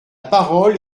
parole